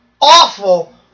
awful